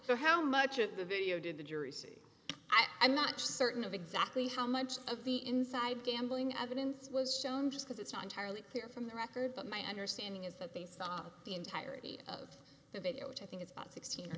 so how much of the video did the jury see i'm not certain of exactly how much of the inside gambling evidence was shown just as it's not entirely clear from the record but my understanding is that they saw the entirety of the video which i think it's about sixteen or